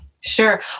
Sure